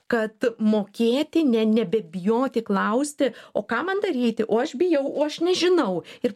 kad mokėti ne nebebijoti klausti o ką man daryti o aš bijau o aš nežinau ir